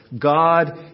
God